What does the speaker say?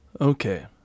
Okay